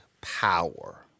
power